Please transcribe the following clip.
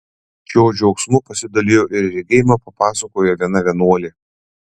šiuo džiaugsmu pasidalijo ir regėjimą papasakojo viena vienuolė